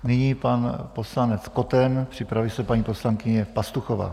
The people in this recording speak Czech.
Nyní pan poslanec Koten, připraví se paní poslankyně Pastuchová.